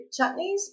chutneys